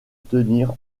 tenir